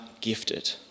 gifted